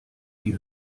die